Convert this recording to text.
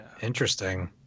Interesting